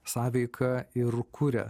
sąveika ir kuria